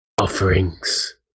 offerings